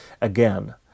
Again